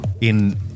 in-